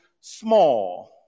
small